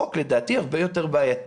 שלפי דעתי הוא חוק הרבה יותר בעייתי.